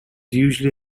usually